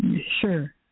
Sure